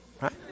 Right